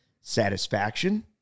Satisfaction